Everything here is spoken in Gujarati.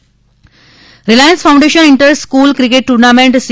Reliance Reliance foundation inter school cricket tournament C